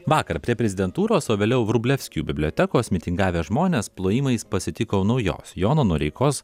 vakar prie prezidentūros o vėliau vrublevskių bibliotekos mitingavę žmonės plojimais pasitiko naujos jono noreikos